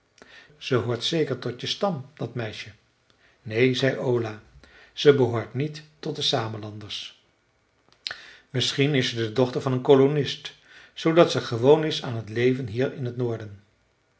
ze hoort zeker tot je stam dat meisje neen zei ola ze behoort niet tot de samelanders misschien is ze de dochter van een kolonist zoodat ze gewoon is aan t leven hier in t noorden